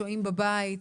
שוהים בבית,